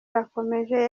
irakomeje